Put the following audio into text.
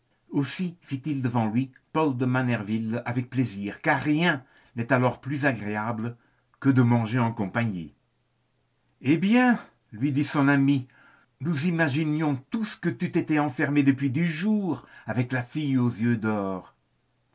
aussi vit-il devant lui paul de manerville avec plaisir car rien n'est alors plus agréable que de manger en compagnie eh bien lui dit son ami nous imaginions tous que tu t'étais enfermé depuis dix jours avec la fille aux yeux d'or